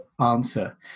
answer